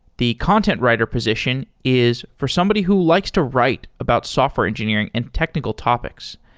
the content writer position is for somebody who likes to write about software engineering and technical topics.